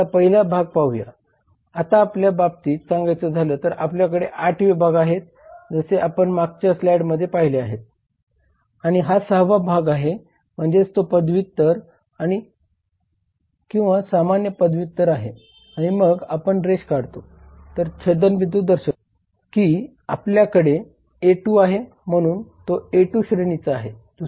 आता पहिला भाग पाहूया आता आपल्या बाबतीत सांगायचं झालं तर आपल्याकडे 8 विभाग आहेत जसे आपण मागच्या स्लाइड मध्ये पहिले होते आणि हा 6 वा भाग आहे म्हणजे तो पदवीधर किंवा सामान्य पदव्युत्तर आहे आणि मग आपण रेष काढतो तर छेदनबिंदू दर्शवितो की आपल्याकडे A2 आहे म्हणून तो A2 श्रेणीचा आहे